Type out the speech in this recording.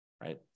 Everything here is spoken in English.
right